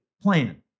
plan